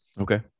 Okay